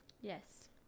Yes